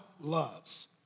loves